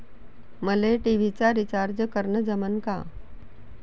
मले टी.व्ही चा रिचार्ज करन जमन का?